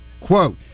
quote